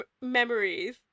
memories